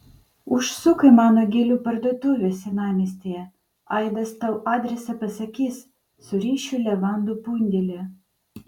užsuk į mano gėlių parduotuvę senamiestyje aidas tau adresą pasakys surišiu levandų pundelį